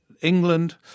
England